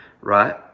right